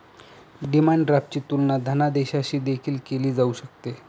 demand ड्राफ्टची तुलना धनादेशाशी देखील केली जाऊ शकते